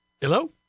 hello